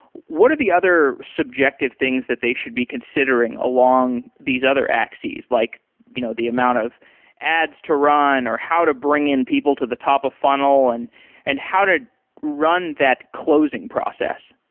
what are the other subjective things that they should be considering along these other axes, like you know the amount of ads to run, or how to bring in people to the top of funnel, and and how to run that closing process?